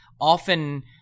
often